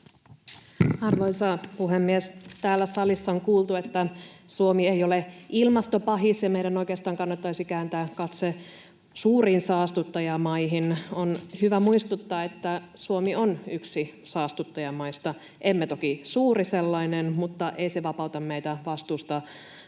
Arvoisa puhemies! Täällä salissa on kuultu, että Suomi ei ole ilmastopahis ja meidän oikeastaan kannattaisi kääntää katse suuriin saastuttajamaihin. On hyvä muistuttaa, että Suomi on yksi saastuttajamaista — emme toki suuri sellainen, mutta ei se vapauta meitä vastuusta